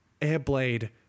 airblade